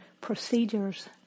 procedures